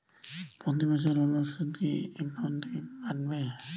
প্রতি মাসে লোনের সুদ কি একাউন্ট থেকে কাটবে?